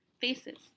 faces